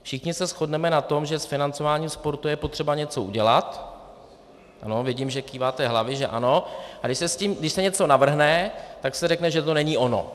Všichni se shodneme na tom, že s financováním sportu je potřeba něco udělat, ano, vidím, že kýváte hlavami, že ano, a když se něco navrhne, tak se řekne, že to není ono.